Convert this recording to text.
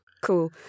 Cool